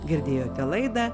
girdėjote laidą